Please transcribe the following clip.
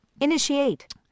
Initiate